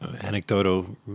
anecdotal